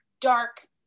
dark